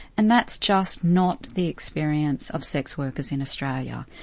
and that's just not the experience of sex workers in australia.